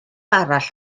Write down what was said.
arall